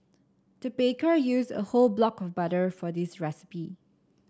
the baker used a whole block of butter for this recipe